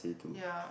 ya